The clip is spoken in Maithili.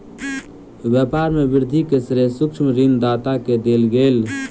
व्यापार में वृद्धि के श्रेय सूक्ष्म ऋण दाता के देल गेल